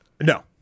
No